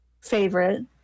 favorite